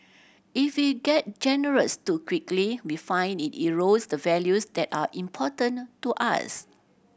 if we get generous too quickly we find it erodes the values that are important to us